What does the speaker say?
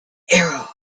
era